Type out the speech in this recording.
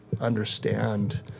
understand